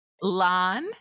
Lan